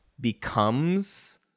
becomes